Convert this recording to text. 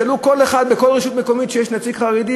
תשאלו כל אחד בכל רשות מקומית שיש בה נציג חרדי,